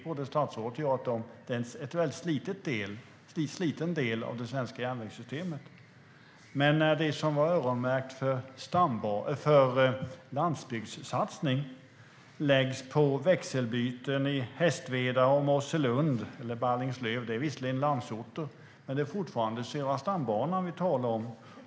Både statsrådet och jag vet att det är en väldigt sliten del av det svenska järnvägssystemet. Men det som var öronmärkt för landsbygdssatsning har lagts på växelbyten i Hästveda, Mosselund eller Ballingslöv. Det är visserligen landsorter, men det är fortfarande Södra stambanan vi talar om.